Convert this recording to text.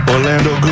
Orlando